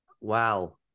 wow